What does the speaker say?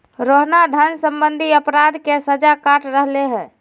रोहना धन सम्बंधी अपराध के सजा काट रहले है